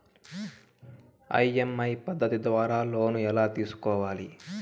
EMI పద్ధతి ద్వారా loan ఎలా తీసుకోవాలి